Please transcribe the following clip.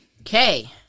Okay